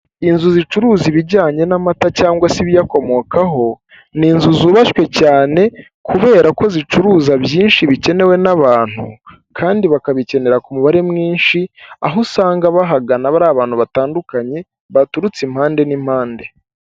Inzu zicuruza ibijyanye n'amata cyangwa se ibiyakomokaho, n'inzu zubashywe cyane kubera ko zicuruza byinshi bikenewe n'abantu kandi bakabikenera ku mubare mwinshi, aho usanga bahagana bari abantu batandukanye baturutse impande n'impande.